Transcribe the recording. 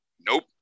Nope